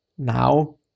now